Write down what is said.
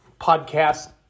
podcast